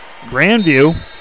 Grandview